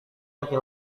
laki